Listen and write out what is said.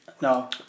No